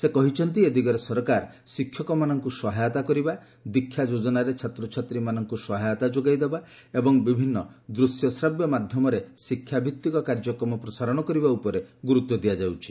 ସେ କହିଛନ୍ତି ଏ ଦିଗରେ ସରକାର ଶିକ୍ଷକମାନଙ୍କୁ ସହାୟତା କରିବା ଦୀକ୍ଷା ଯୋଜନାରେ ଛାତ୍ରଛାତ୍ରୀମାନଙ୍କୁ ସହାୟତା ଯୋଗାଇଦେବା ଏବଂ ବିଭିନ୍ନ ଦୂଶ୍ୟ ସ୍ରାବ୍ୟ ମାଧ୍ୟମରେ ଶିକ୍ଷାଭିତ୍ତିକ କାର୍ଯ୍ୟକ୍ରମ ପ୍ରସାରଣ କରିବା ଉପରେ ଗୁରୁତ୍ୱ ଦିଆଯାଉଛି